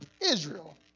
Israel